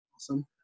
awesome